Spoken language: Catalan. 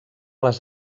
les